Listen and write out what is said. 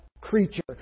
creature